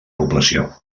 població